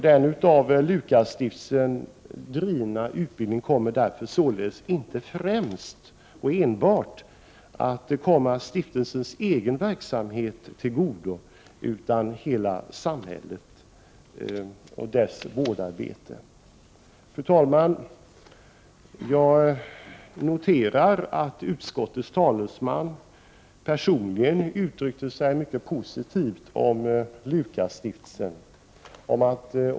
Den utbildning som bedrivs av S:t Lukasstiftelsen kommer därför således inte främst och enbart att komma stiftelsens egen verksamhet till godo, utan hela samhället och dess vårdverksamhet. Fru talman! Jag noterar att utskottets talesman personligen uttryckte sig mycket positivt om S:t Lukasstiftelsen.